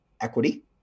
equity